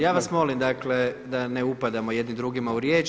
Ja vas molim, dakle da ne upadamo jedni drugima u riječ.